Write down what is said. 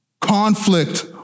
conflict